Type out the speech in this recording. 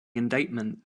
indictment